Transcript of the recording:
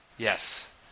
Yes